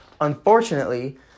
Unfortunately